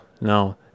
no